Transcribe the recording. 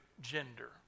gender